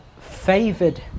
favored